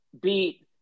beat